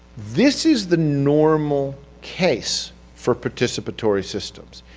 this is the normal case for participatory systems.